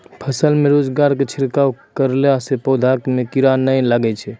फसल मे रोगऽर के छिड़काव करला से पौधा मे कीड़ा नैय लागै छै?